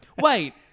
Wait